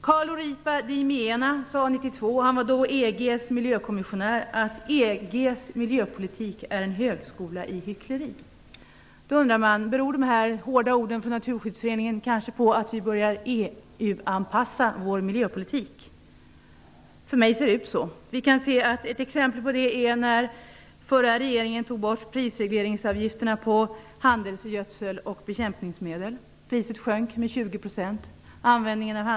1992, sade att EG:s miljöpolitik är en högskola i hyckleri. Beror dessa hårda ord från Naturskyddsföreningen på att vi börjat EU-anpassa vår miljöpolitik? För mig ser det ut så. Ett exempel är när den förra regeringen tog bort prisregleringsavgifterna på handelsgödsel och bekämpningsmedel. Priset sjönk med 20 %.